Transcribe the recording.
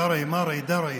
קרעי, קרעי, מרעי, דרעי,